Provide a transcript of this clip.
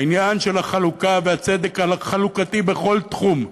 העניין של החלוקה והצדק החלוקתי בכל תחום,